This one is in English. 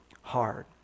hard